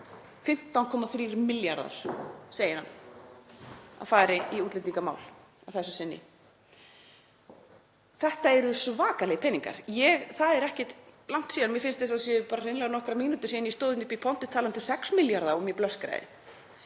15,3 milljarðar segir hann að fari í útlendingamál að þessu sinni. Þetta eru svakalegir peningar. Það er ekkert langt síðan, mér finnst eins og það séu hreinlega nokkrar mínútur síðan, ég stóð hérna uppi í pontu talandi um 6 milljarða og mér blöskraði.